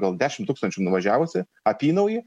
gal dešimt tūkstančių nuvažiavusį apynaujį